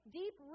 deep